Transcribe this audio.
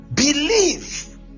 Believe